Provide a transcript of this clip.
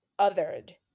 othered